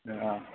औ